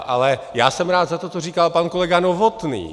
Ale já jsem rád za to, co říkal pan kolega Novotný.